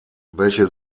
welche